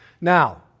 Now